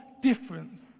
difference